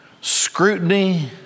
scrutiny